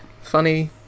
funny